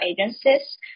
agencies